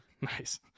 nice